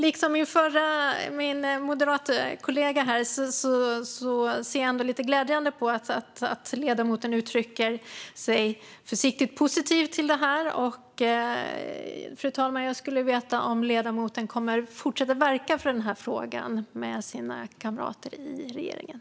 Liksom min kollega från Moderaterna ser jag ändå med viss glädje att ledamoten uttrycker sig försiktigt positivt till det här, och jag skulle vilja veta om ledamoten kommer att fortsätta att verka för den här frågan med sina kamrater i regeringen.